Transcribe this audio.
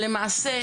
למעשה,